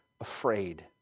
afraid